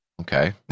okay